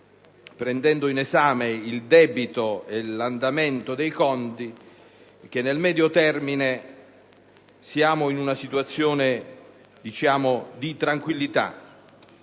prendendo in esame il debito e l'andamento dei conti che nel medio termine ci portano ad essere in una situazione di tranquillità.